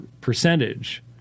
percentage